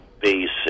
basic